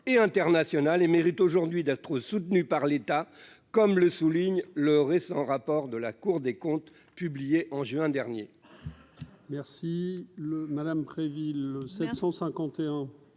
et international et mérite aujourd'hui d'être soutenus par l'État, comme le souligne le récent rapport de la Cour des comptes, publié en juin dernier.